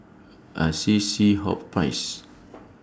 Assisi Hospice